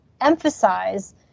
emphasize